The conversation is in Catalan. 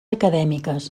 acadèmiques